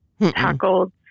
tackled